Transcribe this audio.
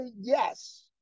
yes